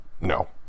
no